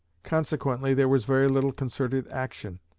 consequently there was very little concerted action.